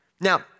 Now